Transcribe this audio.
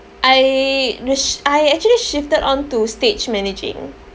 I shi~ I actually shifted on to stage managing